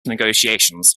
negotiations